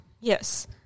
Yes